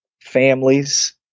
families